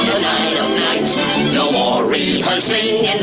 i see.